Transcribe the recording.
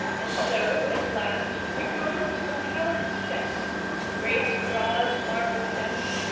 and so at last you come to the palace steps great broad marble steps,